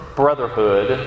brotherhood